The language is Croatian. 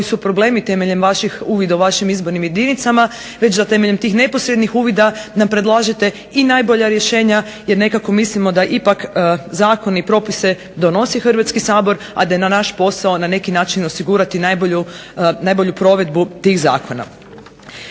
koji su problemi temeljem uvida u vašim izbornim jedinicama već da temeljem tih neposrednih uvida nam predlažete i najbolja rješenja. Jer nekako mislimo da ipak zakone i propise donosi Hrvatski sabor, a da je naš posao na neki način osigurati najbolju provedbu tih zakona.